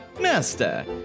Master